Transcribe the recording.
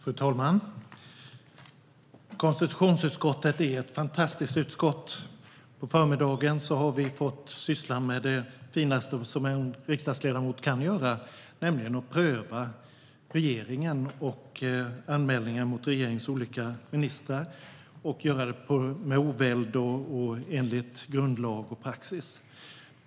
Fru talman! Konstitutionsutskottet är ett fantastiskt utskott. På förmiddagen har vi fått syssla med det finaste som en riksdagsledamot kan göra, nämligen att med oväld pröva anmälningar mot regeringens olika ministrar enligt grundlag och praxis.